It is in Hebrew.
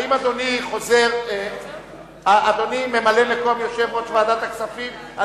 אדוני ממלא מקום יושב-ראש ועדת הכספים,